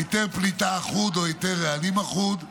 היתר פליטה אחוד או היתר רעלים אחוד.